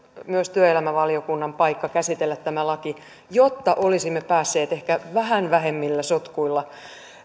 myös työelämävaliokunnan paikka käsitellä tämä laki jotta olisimme päässeet ehkä vähän vähemmillä sotkuilla